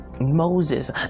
Moses